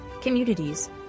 communities